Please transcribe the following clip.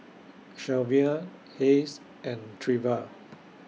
Shelvia Hayes and Treva